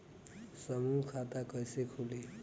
समूह खाता कैसे खुली?